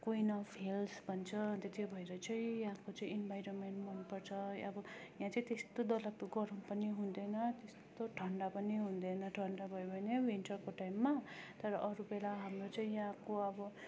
queen of hills भन्छ अन्त त्यो भएर चाहिँ यहाँको चाहिँ इन्भाइरोमेन्ट मनपर्छ अब यहाँ चाहिँ त्यस्तो डरलाग्दो गरम पनि हुँदैन त्यस्तो ठन्डा पनि हुँदैन ठन्डा भयो भने अब विन्टरको टाइममा तर अरू बेला हाम्रो चाहिँ यहाँको अब